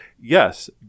yes